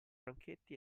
franchetti